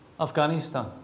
Afghanistan